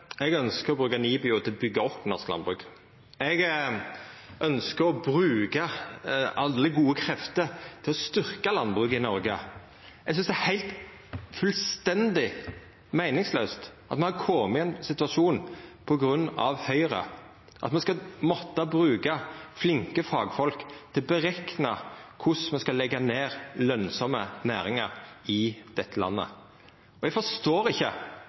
Eg ønskjer å bruka NIBIO til å byggja opp norsk landbruk. Eg ønskjer å bruka alle gode krefter til å styrkja landbruket i Noreg. Eg synest det er fullstendig meiningslaust at me har kome i den situasjonen på grunn av Høgre at me skal måtta bruka flinke fagfolk til å berekna korleis me skal leggja ned lønsame næringar i dette landet. Eg forstår ikkje